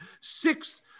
six